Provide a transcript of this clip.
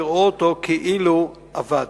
יראו אותו כאילו עבד,